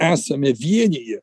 esame vienyje